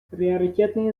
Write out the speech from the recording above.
приоритетные